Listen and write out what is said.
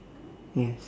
yes